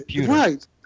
right